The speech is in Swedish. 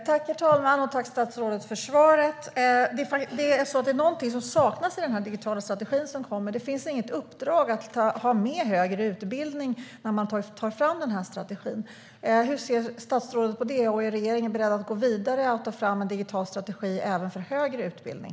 Herr talman! Tack, statsrådet, för svaret! Det är något som saknas i den digitala strategi som kommer. Det finns nämligen inget uppdrag att ta med högre utbildning när man tar fram strategin. Hur ser statsrådet på det, och är regeringen beredd att ta fram en digital strategi även för högre utbildning?